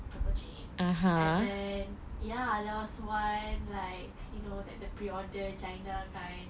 purple jeans and then ya that was why like you know that the pre order china time